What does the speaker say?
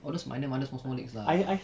all those minor minor small small leagues lah